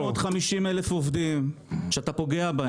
850,000 עובדים שאתה פוגע בהם.